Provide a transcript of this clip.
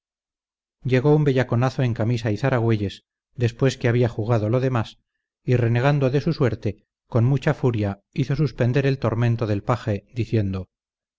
llegó un bellaconazo en camisa y zaragüelles después que había jugado lo demás y renegando de su suerte con mucha furia hizo suspender el tormento del paje diciendo